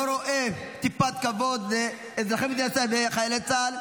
מראה טיפת כבוד לאזרחי מדינת ישראל וחיילי צה"ל,